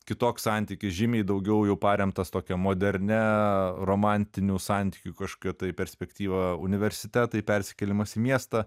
kitoks santykis žymiai daugiau paremtas tokia modernia romantinių santykių kažkokia tai perspektyva universitetai persikėlimas į miestą